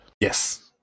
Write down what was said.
Yes